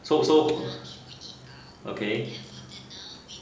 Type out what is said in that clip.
so so okay